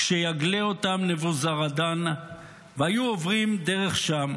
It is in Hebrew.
כשיגלה אותם נבוזראדן והיו עוברים דרך שם,